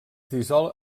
dissol